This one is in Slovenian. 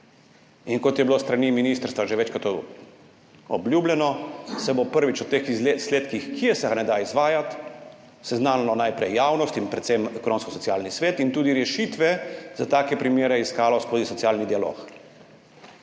In kot je bilo s strani ministrstva že večkrat obljubljeno, se bo prvič o teh izsledkih, kje se ga ne da izvajati, seznanilo najprej javnost in predvsem Ekonomsko-socialni svet in tudi rešitve za take primere iskalo skozi socialni dialog.